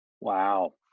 Wow